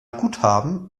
guthaben